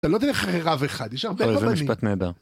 אתה לא דרך רב אחד, יש הרבה רבנים. אוי, זה משפט נהדר.